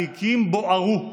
התיקים בוערו.